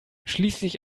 schließlich